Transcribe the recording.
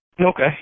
Okay